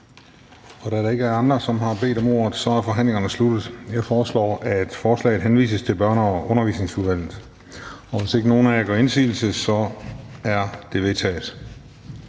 Da der ikke er andre, som har bedt om ordet, er forhandlingen sluttet. Jeg foreslår, at forslaget henvises til Børne- og Undervisningsudvalget. Og hvis ikke nogen gør indsigelse, betragter jeg det